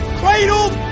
cradled